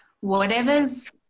whatever's